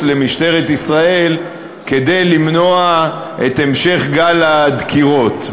למשטרת ישראל כדי למנוע את המשך גל הדקירות?